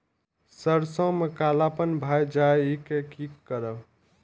सरसों में कालापन भाय जाय इ कि करब?